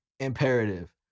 imperative